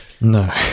No